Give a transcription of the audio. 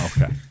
Okay